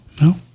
No